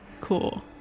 Cool